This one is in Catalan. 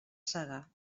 segar